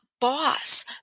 boss